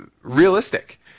realistic